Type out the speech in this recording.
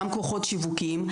גם כוחות שיווקים,